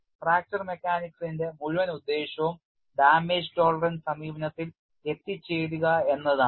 fracture മെക്കാനിക്സിന്റെ മുഴുവൻ ഉദ്ദേശ്യവും damage tolerance സമീപനത്തിൽ എത്തിച്ചേരുക എന്നതാണ്